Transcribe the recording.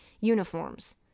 uniforms